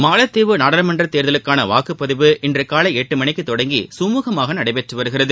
மாலத்தீவு நாடாளுமன்ற தேர்தலுக்கான வாக்குப்பதிவு இன்று காலை எட்டு மணிக்கு தொடங்கி சுமூகமாக நடைபெற்று வருகிறது